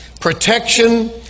protection